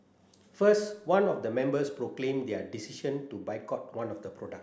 first one of the members proclaimed their decision to boycott one of the product